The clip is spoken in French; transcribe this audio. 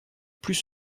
plus